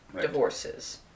divorces